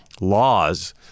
laws